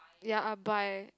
ya ah buy